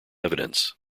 evidence